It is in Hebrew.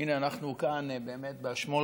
הינה אנחנו כאן באשמורת,